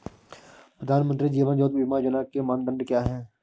प्रधानमंत्री जीवन ज्योति बीमा योजना के मानदंड क्या हैं?